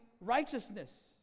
righteousness